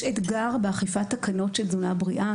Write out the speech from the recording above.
יש אתגר באכיפת תקנות של תזונה בריאה.